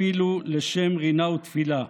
אפילו לשם רינה ותפילה,